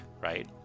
right